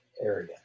area